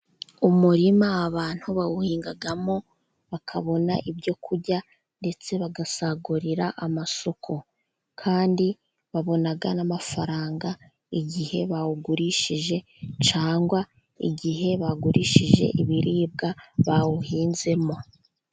Umurima abantu bawuhingamo bakabona ibyo kurya ndetse bagasagurira amasoko . Kandi babona n'amafaranga igihe bawugurishije cyangwa igihe bagurishije ibiribwa bawuhinzemo.